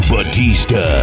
Batista